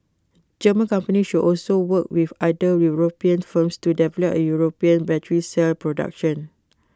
German companies should also work with other european firms to develop A european battery cell production